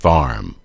Farm